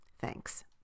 Thanks